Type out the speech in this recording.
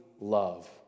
love